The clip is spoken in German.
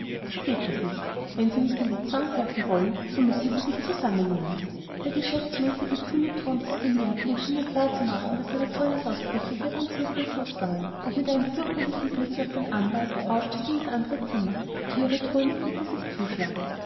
so geht das nicht wenn sie nicht in die zwangsjacke wollen so müssen sie sich zusammennehmen der geschäftsmäßige kühle ton dieser bemerkung schien ihr klar zu machen das ihre zornausbrüche hier ganz wirkungslos waren und mit einem fürchterlichen blicke auf den anwalt rauschte sie ins andre zimmer die thüre dröhnend hinter sich zuschlagend